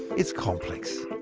it's complex.